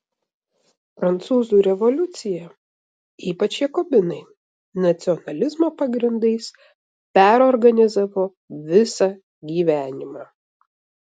prancūzų revoliucija ypač jakobinai nacionalizmo pagrindais perorganizavo visą gyvenimą